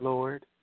Lord